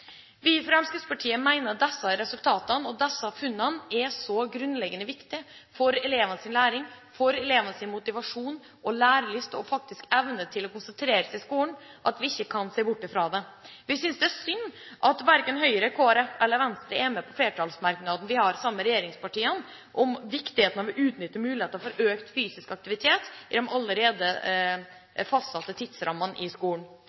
Vi i Fremskrittspartiet mener at disse resultatene og disse funnene er så grunnleggende viktig for elevenes læring, for elevenes motivasjon og lærelyst og evne til å konsentrere seg i skolen at vi ikke kan se bort fra det. Vi synes det er synd at verken Høyre, Kristelig Folkeparti eller Venstre er med på flertallsmerknaden vi har sammen med regjeringspartiene om viktigheten av å utnytte muligheten for økt fysisk aktivitet i de allerede fastsatte tidsrammene i skolen.